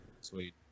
Sweet